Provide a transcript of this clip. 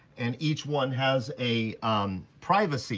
and each one has a um privacy